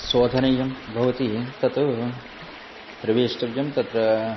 शोधनीयं भवति तत् प्रवेष्टव्यं तत्र